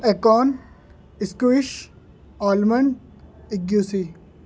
econ squash almond اگیوسی